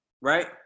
right